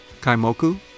Kaimoku